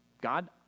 God